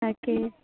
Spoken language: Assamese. তাকে